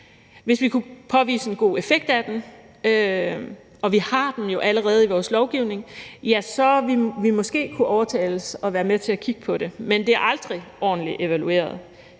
Hvis vi kunne påvise en god effekt af det – og vi har det jo allerede i vores lovgivning – så ville vi måske kunne overtales og være med til at kigge på det, men det er aldrig blevet ordentligt evalueret,